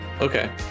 okay